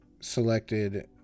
selected